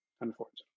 unfortunately